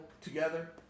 together